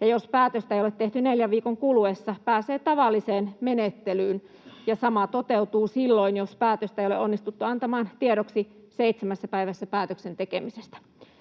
ja jos päätöstä ei ole tehty neljän viikon kuluessa, pääsee tavalliseen menettelyyn, ja sama toteutuu silloin, jos päätöstä ei ole onnistuttu antamaan tiedoksi seitsemässä päivässä päätöksen tekemisestä.